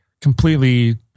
completely